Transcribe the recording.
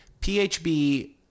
PHB